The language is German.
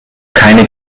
keine